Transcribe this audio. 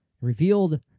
revealed